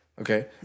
okay